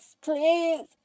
please